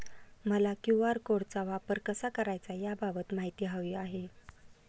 मला क्यू.आर कोडचा वापर कसा करायचा याबाबत माहिती हवी आहे